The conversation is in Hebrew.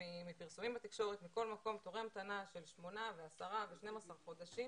מפרסומים בתקשורת של שמונה ועשרה ושנים-עשר חודשים.